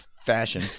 fashion